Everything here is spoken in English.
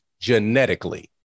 genetically